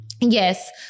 Yes